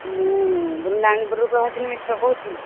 ମୁଁ ବୃନ୍ଦାବନପୁରରୁ ପ୍ରଭାସିନୀ ମିଶ୍ର କହୁଛି